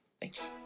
Thanks